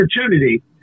opportunity